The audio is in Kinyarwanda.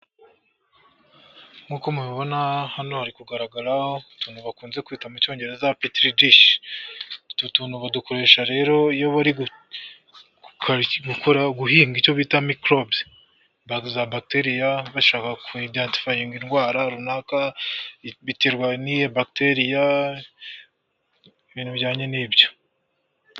Utuntu bakunze kwita mu cyongereza petiridishi, utu tuntu badukoresha rero iyo bari guhinga icyo bita mikorobe zabateria bashaka kugaragaza indwara runaka biterwa n'iyo bagiteria ibintu bijyanye n'ibyo.